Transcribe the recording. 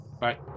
Bye